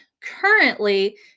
currently